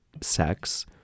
sex